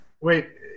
Wait